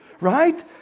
Right